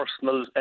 personal